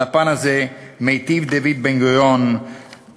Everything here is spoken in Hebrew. על הפן הזה מיטיב דוד בן-גוריון לומר: